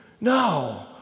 No